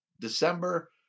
December